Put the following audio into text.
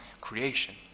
creation